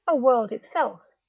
a world itself,